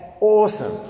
awesome